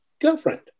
girlfriend